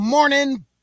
morning